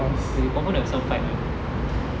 confirm will some fight [one]